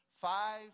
five